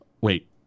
Wait